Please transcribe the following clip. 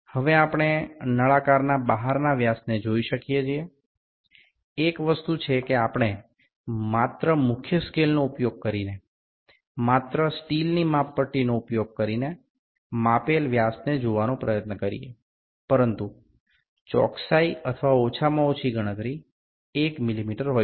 હવે આપણે નળાકારના બહારના વ્યાસને જોઈ શકીએ છીએ એક વસ્તુ છે કે આપણે માત્ર મુખ્ય સ્કેલનો ઉપયોગ કરીને માત્ર સ્ટીલની માપપટ્ટીનો ઉપયોગ કરીને માપેલ વ્યાસને જોવાનો પ્રયત્ન કરીએ પરંતુ ચોકસાઈ અથવા ઓછામાં ઓછી ગણતરી 1 મિલીમીટર હોઈ શકે